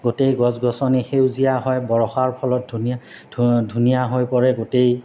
গোটেই গছ গছনি সেউজীয়া হয় বৰষাৰ ফলত ধুনীয়া ধুনীয়া হৈ পৰে গোটেই